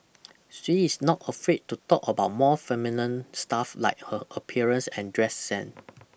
she is not afraid to talk about more feminine stuff like her appearance and dress sense